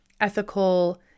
ethical